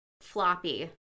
floppy